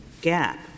gap